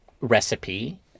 recipe